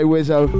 Wizzo